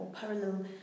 parallel